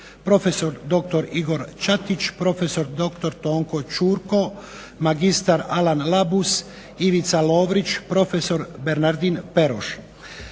prof.dr. Igor Čatić, prof.dr. Tonko Ćurko, mr. Alan Labuz, Ivica Lovrić, prof. Bernardin Peroš.